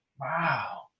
Wow